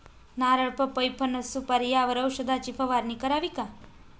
नारळ, पपई, फणस, सुपारी यावर औषधाची फवारणी करावी का?